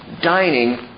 dining